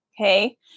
Okay